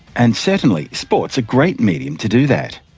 and certainly sport's a great medium to do that.